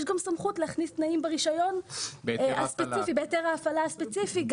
יש גם סמכות להכניס תנאים ברישיון בהיתר ההפעלה הספציפי,